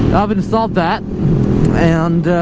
i've installed that and